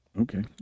Okay